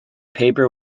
paper